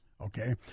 okay